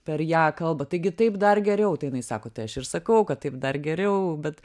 per ją kalba taigi taip dar geriau tai jinai sako tai aš ir sakau kad taip dar geriau bet